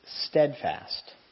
steadfast